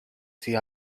sie